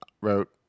wrote